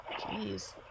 Jeez